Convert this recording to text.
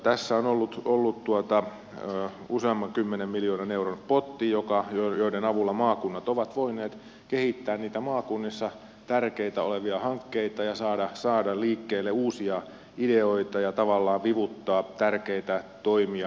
tässä on ollut useamman kymmenen miljoonan euron potti jonka avulla maakunnat ovat voineet kehittää maakunnissa olevia tärkeitä hankkeita ja saada liikkeelle uusia ideoita ja tavallaan vivuttaa tärkeitä toimia eteenpäin